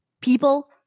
People